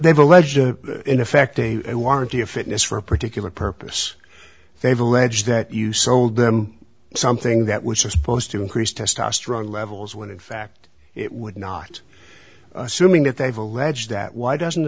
they've alleged in effect a warranty of fitness for a particular purpose they've alleged that you sold them something that was supposed to increase testosterone levels when in fact it would not assuming that they've alleged that why doesn't